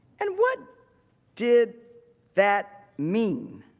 and what did that mean?